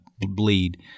bleed